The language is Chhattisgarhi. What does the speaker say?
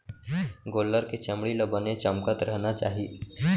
गोल्लर के चमड़ी ल बने चमकत रहना चाही